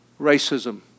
racism